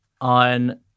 on